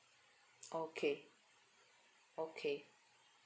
okay okay